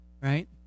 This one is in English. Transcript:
right